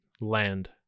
land